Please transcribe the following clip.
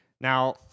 Now